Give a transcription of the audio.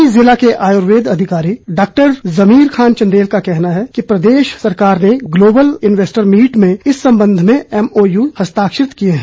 मंडी जिला के आयुर्वेद अधिकारी डॉक्टर जमीर खान चंदेल का कहना है कि प्रदेश सरकार ने ग्लोबल इन्वैस्टर मीट में इस संबंधमें एमओयू हस्ताक्षरित किए हैं